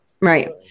Right